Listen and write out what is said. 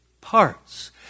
parts